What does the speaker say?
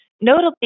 Notably